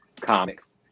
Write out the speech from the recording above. comics